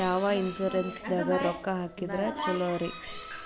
ಯಾವ ಇನ್ಶೂರೆನ್ಸ್ ದಾಗ ರೊಕ್ಕ ಹಾಕಿದ್ರ ಛಲೋರಿ?